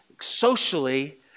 socially